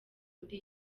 muri